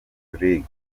league